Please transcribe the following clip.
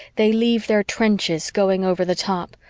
they leave their trenches, going over the top,